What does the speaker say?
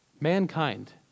mankind